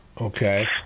Okay